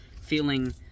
feeling